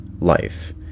life